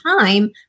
time